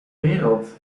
wereld